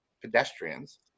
pedestrians